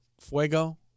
fuego